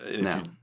Now